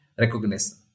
recognition